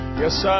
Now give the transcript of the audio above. Yes